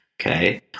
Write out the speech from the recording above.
Okay